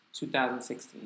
2016